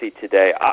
today